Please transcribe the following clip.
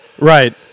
Right